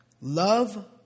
Love